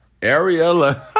Ariella